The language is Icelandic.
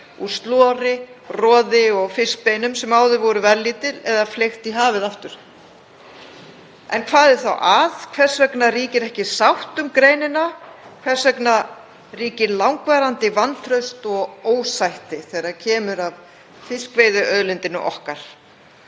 úr slori, roði og fiskbeinum sem áður voru verðlítil og var fleygt í hafið aftur. En hvað er þá að? Hvers vegna ríkir ekki sátt um greinina? Hvers vegna ríkir langvarandi vantraust og ósætti þegar kemur að fiskveiðiauðlindinni okkar?